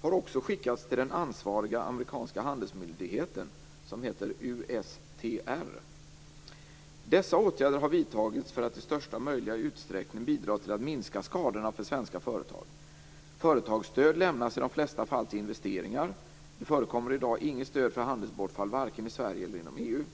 har också skickats till den ansvariga amerikanska handelsmyndigheten, USTR. Dessa åtgärder har vidtagits för att i största möjliga utsträckning bidra till att minska skadorna för svenska företag. Företagsstöd lämnas i de flesta fall till investeringar. Det förekommer i dag inte något stöd för handelsbortfall vare sig i Sverige eller inom EU.